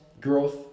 growth